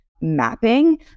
mapping